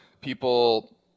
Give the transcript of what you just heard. people